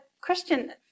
Christian